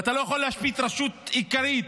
ואתה לא יכול להשבית רשות עיקרית,